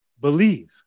believe